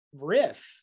riff